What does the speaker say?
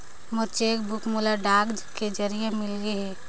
मोर cheque book मोला डाक के जरिए मिलगे हे